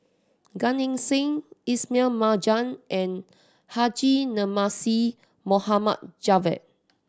Gan Eng Seng Ismail Marjan and Haji Namazie Javad